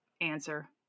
answer